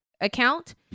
account